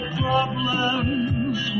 problems